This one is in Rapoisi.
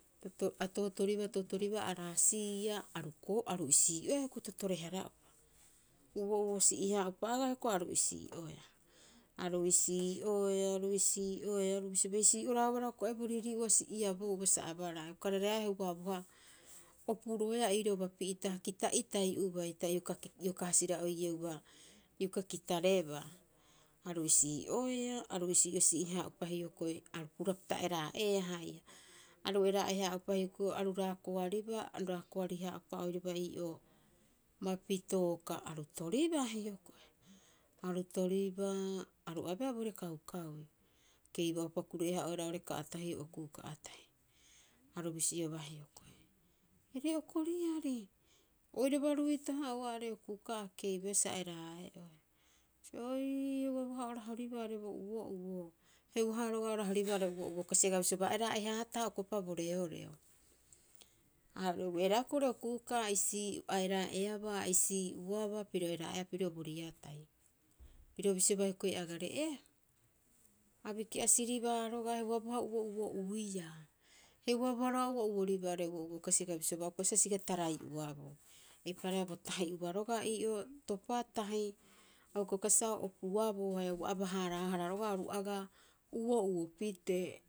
To a tooribaa, a tootoribaa, a araasiia aru koo aru sisii'oea hioko'i totore- hara'upa. Hioko'i uo'uosi'i- haraupa agaa hioko'i aru isii'oea. Aru isii'oea, aru isii'oea, aru bisoba isii'oraauba roga'a kuu'ai boriirii'ua si'iabouba sa abaraa, are ukareraea heuaboha opuroeaa ii roo bapi'ita. Kita kita'itai ubai ta ioka ki iokaha sira'oieuba ioka kitarebaa. Aru isii'oea, aru iisi'o si'i- haaupa hioko'i aru purapita eraa'eeha haia. Aru eraa'ehaaupa hioko'i aru raakoaribaa. Aru raakoari- aaupa oiraba ii'oo bapi tooka. aru toribaa hioko'i. Aru toribaa, aru abee boorii kaukaui, keiba 'upa kure'ee- haa'oehara oo'ore ka'atahio okuu ka'atahi. Aru bisiobaa hioko'i, ore'oko riari, oiraba ruitaha oa'aare okuu ka'a a keibeea sa eraa'e'ohe. Aii heuaha o rahoribaa oa'are bo uo'uo. Heuaha roga'a o rahoribaa oa'are uo'uo kasi. Aga bisiobaa, eraa'e- haataha okoe'upa bo reoreo. Are ue'eraeaa hioko'i oo'ore okuu ka'a a isii a eraa'eabaa, a isii'oabaa, piro eraa'eea piro bo riatai. Piro bisiobaa hioko'i agare, Ee a biki'asiribaa roga'a heuaaboha uo'uo'uiaa. Heuaaboha roga'a o uo'uoribaa oo'ore uo'uo kasi. Aga bisiobaa, a uka bai kasibaa sa siga tarai'oaboo. Eipaareha bo tahi'ua roga'a ii'oo topa tahi, a uka bai kasibaa sa o opuaboo haia ua aba- haarahara roga'a oru agaa uo'uo pitee.